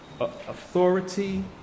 authority